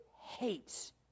hates